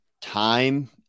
time